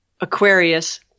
Aquarius